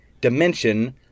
dimension